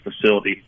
facility